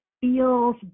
feels